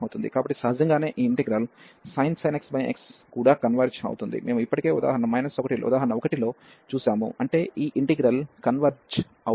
కాబట్టి సహజంగానే ఈ ఇంటిగ్రల్ sin x x కూడా కన్వర్జ్ అవుతుంది మేము ఇప్పటికే ఉదాహరణ 1 లో చూశాము అంటే ఈ ఇంటిగ్రల్ కన్వర్జ్ అవుతుంది